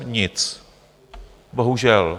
Nic. Bohužel.